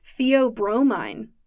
Theobromine